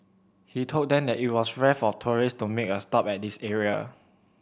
he told them that it was rare for tourists to make a stop at this area